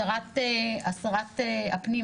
שרת הפנים,